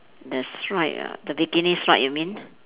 the strap ah the bikini strap you mean